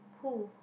who